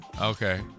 Okay